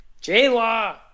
J-Law